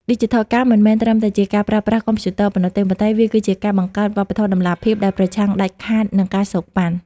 ឌីជីថលកម្មមិនមែនត្រឹមតែជាការប្រើប្រាស់កុំព្យូទ័រប៉ុណ្ណោះទេ ប៉ុន្តែវាគឺជាការបង្កើត "វប្បធម៌តម្លាភាព" ដែលប្រឆាំងដាច់ខាតនឹង ការសូកប៉ាន់។